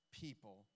people